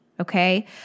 Okay